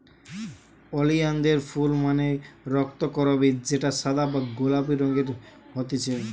ওলিয়ানদের ফুল মানে রক্তকরবী যেটা সাদা বা গোলাপি রঙের হতিছে